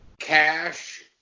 cash